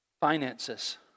Finances